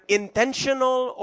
intentional